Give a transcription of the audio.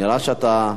אדוני היושב-ראש,